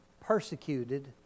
Persecuted